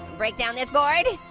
break down this board.